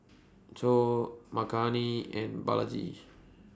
Choor Makineni and Balaji